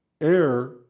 Air